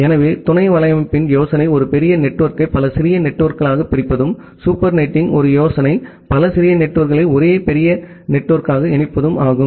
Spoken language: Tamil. எனவே துணை வலையமைப்பின் யோசனை ஒரு பெரிய நெட்வொர்க்கை பல சிறிய நெட்வொர்க்குகளாகப் பிரிப்பதும் சூப்பர் நெட்டிங்கின் ஒரு யோசனை பல சிறிய நெட்வொர்க்குகளை ஒரே பெரிய நெட்வொர்க்காக இணைப்பதும் ஆகும்